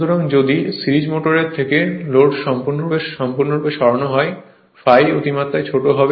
সুতরাং যদি সিরিজের মোটর থেকে লোড সম্পূর্ণরূপে সরানো হয় ∅ অতিমাত্রায় ছোট হবে